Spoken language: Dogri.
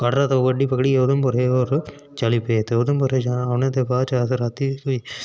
असें कटरे दा गड़्ड़ी पकड़ी उधमपुरै गी चली पे ते उधमपुरे गी ओनै दे बाद राती कोई